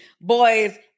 boys